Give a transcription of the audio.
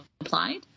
applied